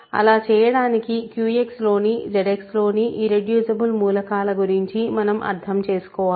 అలా చేయడానికి QX లోని ZX లోని ఇర్రెడ్యూసిబుల్ మూలకాల గురించి మనం అర్థం చేసుకోవాలి